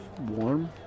Warm